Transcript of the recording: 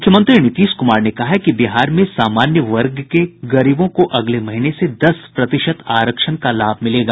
मुख्यमंत्री नीतीश कुमार ने कहा है कि बिहार में सामान्य वर्ग के गरीबों को अगले महीने से दस प्रतिशत आरक्षण का लाभ मिलेगा